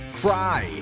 cry